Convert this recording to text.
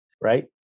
right